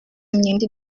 imyenda